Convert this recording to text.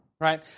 right